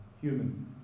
human